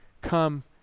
come